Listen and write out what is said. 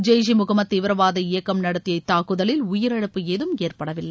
ஜெய்ஷி முகமது தீவிரவாத இயக்கம் நடத்திய இத்தாக்குதலில் உயிரிழப்பு ஏதும் ஏற்படவில்லை